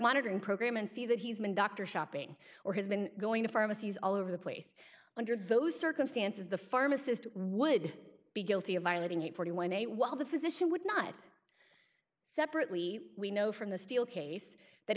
monitoring program and see that he's been doctor shopping or has been going to pharmacies all over the place under those circumstances the pharmacist would be guilty of violating it forty one dollars day while the physician would not separately we know from the steel case that